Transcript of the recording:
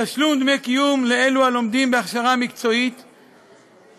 תשלום דמי קיום ללומדים בהכשרה מקצועית, ב.